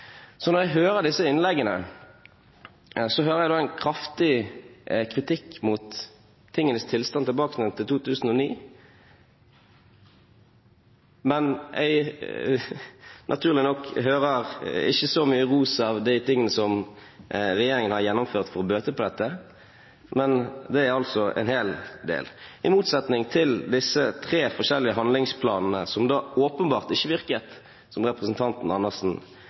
Når jeg hører disse innleggene, hører jeg en kraftig kritikk mot tingenes tilstand, tilbake igjen til 2009. Jeg hører naturlig nok ikke så mye ros av de tingene som regjeringen har gjennomført for å bøte på dette, men det er altså en hel del – i motsetning til disse tre forskjellige handlingsplanene, som åpenbart ikke virket, som representanten Andersen